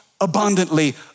abundantly